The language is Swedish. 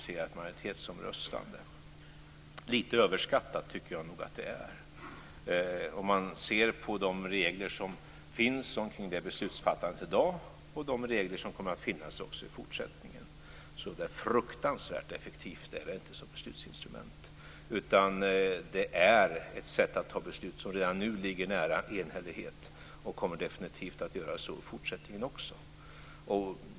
Detta med QMV, omröstning med kvalificerad majoritet, tycker jag nog är lite överskattat sett till de regler som finns kring beslutsfattandet i dag och de regler som kommer att finnas också i fortsättningen. Så där fruktansvärt effektivt är det inte som beslutsinstrument, utan det är ett sätt att ta beslut som redan nu ligger nära enhällighet och som definitivt kommer att göra det i fortsättningen också.